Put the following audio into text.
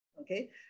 okay